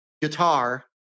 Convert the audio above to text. guitar